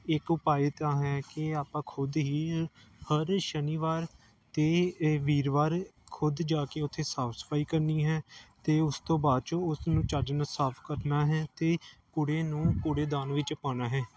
ਇਕ ਉਪਾਅ ਤਾਂ ਹੈ ਕਿ ਆਪਾਂ ਖੁਦ ਹੀ ਹਰ ਸ਼ਨੀਵਾਰ ਅਤੇ ਅ ਵੀਰਵਾਰ ਖੁਦ ਜਾ ਕੇ ਉੱਥੇ ਸਾਫ਼ ਸਫਾਈ ਕਰਨੀ ਹੈ ਅਤੇ ਉਸ ਤੋਂ ਬਾਅਦ 'ਚ ਉਸ ਨੂੰ ਚੱਜ ਨਾਲ ਸਾਫ਼ ਕਰਨਾ ਹੈ ਅਤੇ ਕੁੜੇ ਨੂੰ ਕੂੜੇਦਾਨ ਵਿੱਚ ਪਾਉਣਾ ਹੈ